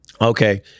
Okay